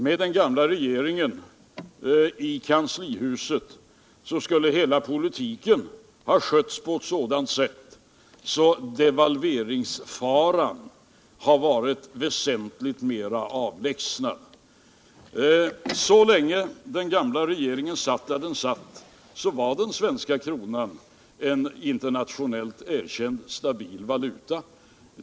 Med den gamla regeringen i kanslihuset skulle hela politiken ha skötts på ett sådant sätt att devalveringsfaran varit väsentligt mer avlägsen. Så länge den gamla regeringen satt där den satt var den svenska kronan en internationellt erkänd stabil valuta.